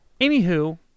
anywho